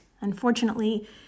Unfortunately